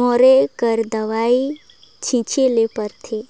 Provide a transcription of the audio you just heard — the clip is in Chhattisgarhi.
मारे कर दवई छींचे ले परथे